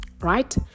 right